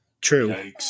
True